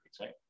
right